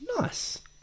nice